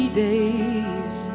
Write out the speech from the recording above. days